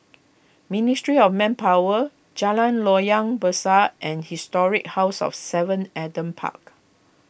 Ministry of Manpower Jalan Loyang Besar and Historic House of Seven Adam Park